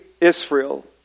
Israel